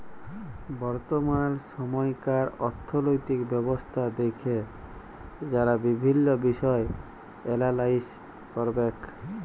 বর্তমাল সময়কার অথ্থলৈতিক ব্যবস্থা দ্যাখে যারা বিভিল্ল্য বিষয় এলালাইস ক্যরবেক